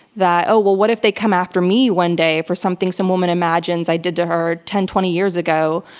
that, oh, well, what if they come after me one day, for something some woman imagines i did to her, ten, twenty years ago?